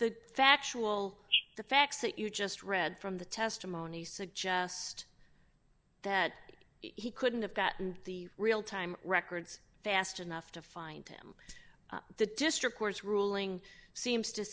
the factual the facts that you just read from the testimonies suggest that he couldn't have gotten the real time records fast enough to find him the district court's ruling seems to